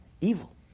evil